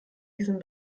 diesen